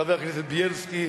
חבר הכנסת בילסקי,